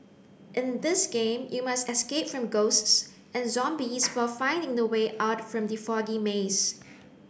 in this game you must escape from ghosts and zombies while finding the way out from the foggy maze